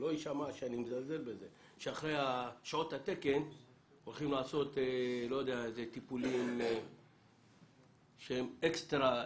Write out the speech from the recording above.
שלא יישמע שאני מזלזל בזה הולכים לעשות טיפולים שהם אקסטרה.